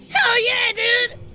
hell yeah dude!